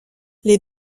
les